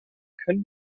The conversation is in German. können